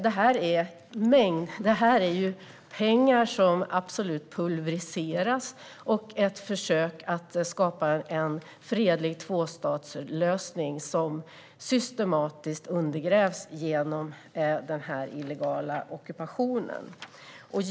Detta är pengar som pulveriseras. Ett försök att skapa en fredlig tvåstatslösning undergrävs systematiskt genom den illegala ockupationen.